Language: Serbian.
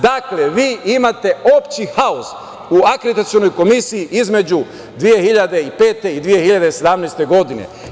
Dakle, vi imate opšti haos u akreditacionoj komisije između 2005. i 2017. godine.